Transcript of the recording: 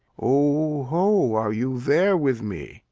o, ho, are you there with me?